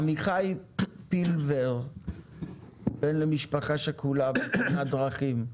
עמיחי פילבר בן למשפחה שכולה מתאונת דרכים.